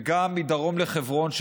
וגם מדרום לחברון,